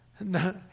no